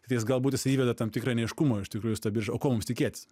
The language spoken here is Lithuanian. tiktais galbūt jisai įveda tam tikrą neaiškumą iš tikrųjų į tą biržą o komums tikėtis